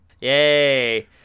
Yay